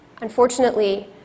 unfortunately